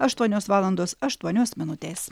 aštuonios valandos aštuonios minutės